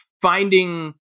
finding